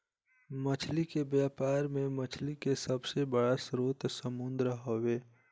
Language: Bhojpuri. मछली के व्यापार में मछली के सबसे बड़ स्रोत समुंद्र हवे